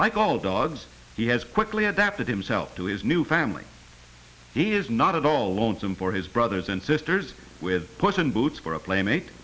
like all dogs he has quickly adapted himself to his new family he is not at all lonesome for his brothers and sisters with puss in boots for a playmate